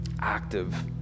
active